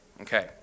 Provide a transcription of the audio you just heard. Okay